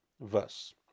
verse